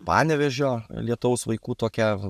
panevėžio lietaus vaikų tokią